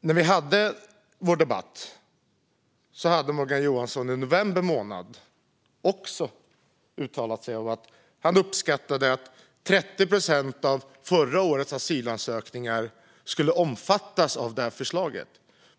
När vi hade vår debatt hade Morgan Johansson i november månad uttalat att han uppskattade att 30 procent av förra årets asylansökningar skulle omfattas av detta förslag.